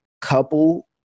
couple